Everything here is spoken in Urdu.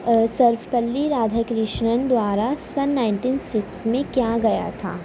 سرف پلی رادھا کرشنن دوارا سن نائنٹین سکس میں کیا گیا تھا